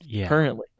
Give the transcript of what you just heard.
currently